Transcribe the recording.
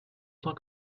cent